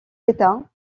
états